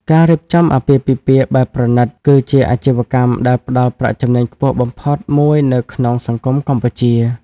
ការរៀបចំអាពាហ៍ពិពាហ៍បែបប្រណីត គឺជាអាជីវកម្មដែលផ្តល់ប្រាក់ចំណេញខ្ពស់បំផុតមួយនៅក្នុងសង្គមកម្ពុជា។